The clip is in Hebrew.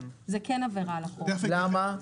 למה?